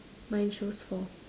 mine shows four